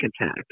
attack